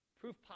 proof